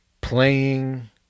Playing